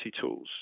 tools